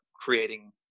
creating